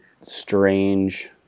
strange